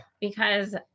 Because-